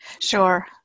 Sure